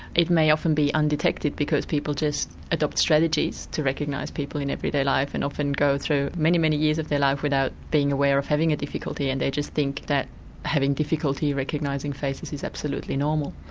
it may often be undetected because people just adopt strategies to recognise people in everyday life and often go through many, many years of their life without being aware of having a difficulty and they just think that having difficulty recognising faces is absolutely normal.